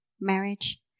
marriage